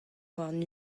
warn